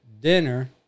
dinner